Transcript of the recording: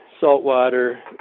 saltwater